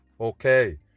okay